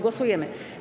Głosujemy.